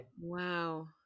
Wow